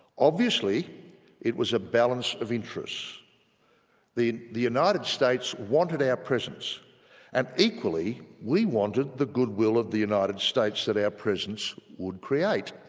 obviously it was a balance of interests the the united states wanted our presence and equally we wanted the goodwill of the united states that our presence would create